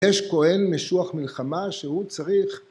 ‫יש כהן משוח מלחמה שהוא צריך...